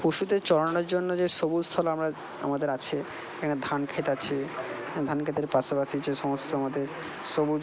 পশুদের চরানোর জন্য যে সবুজস্থল আমরা আমাদের আছে এখানে ধানক্ষেত আছে ধানক্ষেতের পাশাপাশি যে সমস্ত আমাদের সবুজ